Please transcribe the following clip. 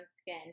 skin